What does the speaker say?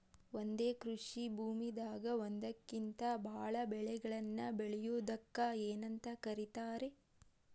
ಒಂದೇ ಕೃಷಿ ಭೂಮಿದಾಗ ಒಂದಕ್ಕಿಂತ ಭಾಳ ಬೆಳೆಗಳನ್ನ ಬೆಳೆಯುವುದಕ್ಕ ಏನಂತ ಕರಿತಾರೇ?